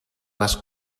les